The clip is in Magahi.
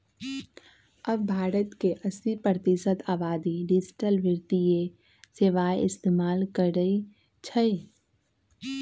अब भारत के अस्सी प्रतिशत आबादी डिजिटल वित्तीय सेवाएं इस्तेमाल करई छई